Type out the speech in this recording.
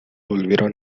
volvieron